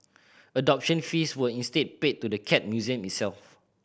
adoption fees were instead paid to the Cat Museum itself